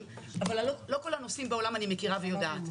אבל לא את כל הנושאים בעולם אני מכירה ויודעת,